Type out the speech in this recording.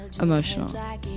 emotional